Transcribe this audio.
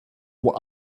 what